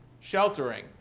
sheltering